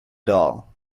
doll